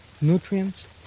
nutrients